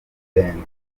ateguranye